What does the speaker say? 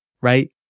right